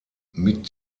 mit